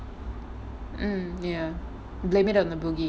mm ya blame it on the boogie